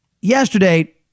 yesterday